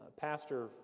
Pastor